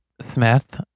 Smith